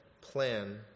plan